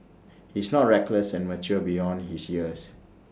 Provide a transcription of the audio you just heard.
he's not reckless and mature beyond his years